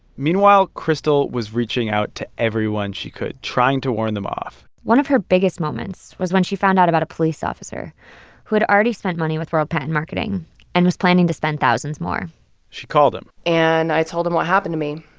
meanwhile, crystal was reaching out to everyone she could, trying to warn them off one of her biggest moments was when she found out about a police officer who had already spent money with world patent marketing and was planning to spend thousands more she called him and i told him what happened to me.